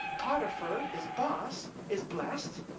potiphar, his boss, is blessed,